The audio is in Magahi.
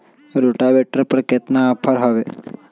रोटावेटर पर केतना ऑफर हव?